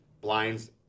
blinds